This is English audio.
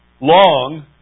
long